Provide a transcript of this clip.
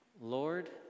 Lord